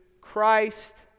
Christ